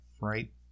right